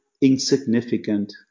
insignificant